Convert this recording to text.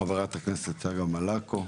חברת הכנסת צגה מלקו.